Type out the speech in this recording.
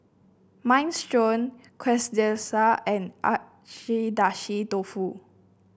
Minestrone Quesadillas and Dofu